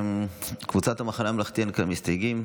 קבוצת המחנה הממלכתי, אין כאן מסתייגים,